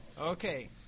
Okay